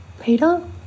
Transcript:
Peter